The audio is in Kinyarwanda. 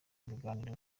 biganiro